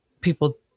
people